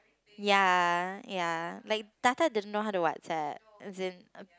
ya ya like Tata didn't know how to WhatsApp as in